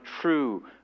true